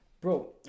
Bro